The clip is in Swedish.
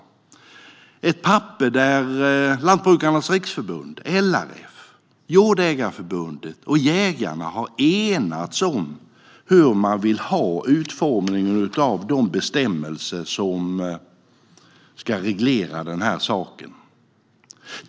Det är ett papper där Lantbrukarnas Riksförbund - LRF -, Jordägareförbundet och jägarna har enats om hur de vill ha utformningen av de bestämmelser som ska reglera den här saken.